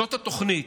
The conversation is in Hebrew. זאת התוכנית,